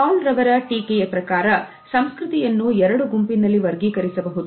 ಹಾಲ್ ರವರ ಟೀಕೆಯ ಪ್ರಕಾರ ಸಂಸ್ಕೃತಿಯನ್ನು ಎರಡು ಗುಂಪಿನಲ್ಲಿ ವರ್ಗೀಕರಿಸಬಹುದು